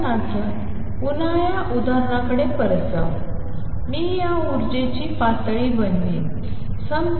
उदाहरणार्थ पुन्हा या उदाहरणाकडे परत जाऊ मी या ऊर्जेची पातळी बनवीन